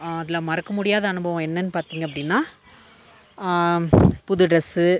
அதில் மறக்க முடியாத அனுபவம் என்னென்னு பார்த்திங்க அப்படின்னா புது ட்ரெஸ்ஸு